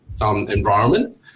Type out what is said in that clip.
environment